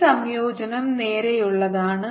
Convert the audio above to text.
ഈ സംയോജനം നേരെയുള്ളതാണ്